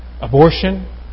abortion